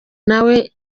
nawe